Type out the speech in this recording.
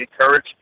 encourage